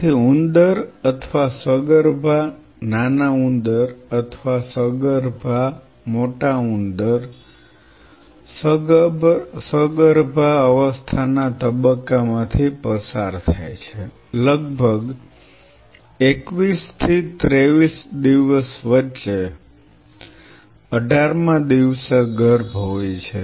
તેથી ઉંદર અથવા સગર્ભા નાના ઉંદર અથવા સગર્ભા મોટા ઉંદર સગર્ભાવસ્થાના તબક્કામાંથી પસાર થાય છે લગભગ 21 થી 23 દિવસ વચ્ચે અઢારમા દિવસે ગર્ભ હોય છે